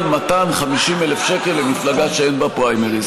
מתן 50,000 שקל למפלגה שאין בה פריימריז.